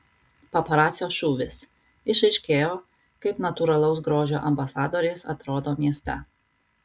paparacio šūvis išaiškėjo kaip natūralaus grožio ambasadorės atrodo mieste